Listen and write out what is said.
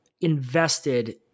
invested